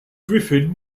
griffin